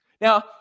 Now